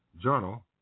Journal